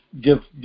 give